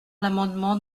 l’amendement